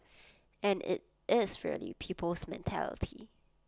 and IT is really people's mentality